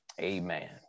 amen